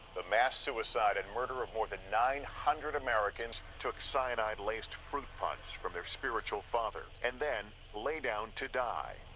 the mass suicide and murder of more than nine hundred americans took cyanide-laced fruit punch from their spiritual father and then lay down to die.